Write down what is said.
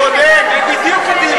הוא צודק, זה בדיוק הדיון.